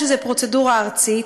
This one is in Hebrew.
מפני שזו פרוצדורה ארצית.